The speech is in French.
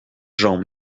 gens